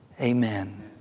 Amen